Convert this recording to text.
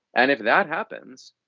and if that happens,